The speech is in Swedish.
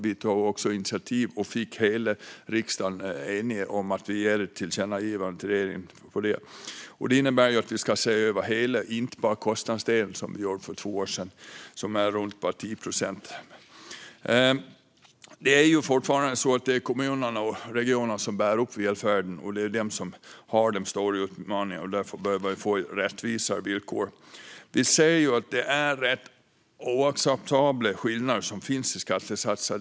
Vi tog initiativ till, och fick hela riksdagen att enas om, ett tillkännagivande till regeringen om detta. Det innebär att vi ska se över hela systemet och inte bara kostnadsdelen, som vi gjorde för två år sedan och som är runt 10 procent. Det är fortfarande kommunerna och regionerna som bär upp välfärden, och det är de som har de stora utmaningarna. De behöver därför få rättvisa villkor. Vi ser att de skillnader som finns i skattesatserna är oacceptabla.